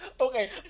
Okay